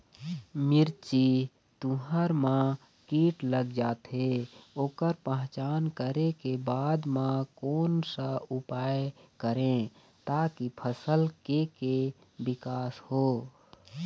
मिर्ची, तुंहर मा कीट लग जाथे ओकर पहचान करें के बाद मा कोन सा उपाय करें ताकि फसल के के विकास हो?